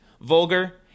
vulgar